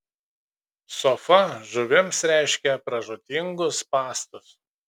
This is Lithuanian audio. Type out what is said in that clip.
sofa žuvims reiškia pražūtingus spąstus